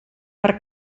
per